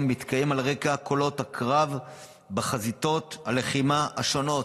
מתקיים על רקע קולות הקרב בחזיתות הלחימה השונות.